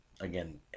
again